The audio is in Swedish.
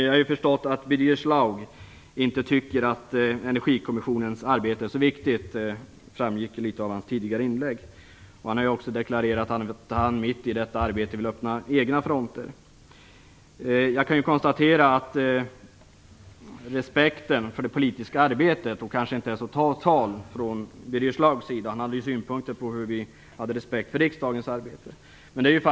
Jag har förstått att Birger Schlaug inte tycker att Energikommissionens arbete är så viktigt. Det framgick av hans tidigare inlägg. Han har också deklarerat att han mitt i detta arbete vill öppna egna fronter. Jag kan konstatera att Birger Schlaugs respekt för det politiska arbetet kanske inte är så total, trots att han hade synpunkter på vår respekt för riksdagens arbete.